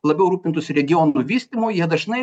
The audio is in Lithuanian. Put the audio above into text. labiau rūpintųsi regiono vystymu jie dažnai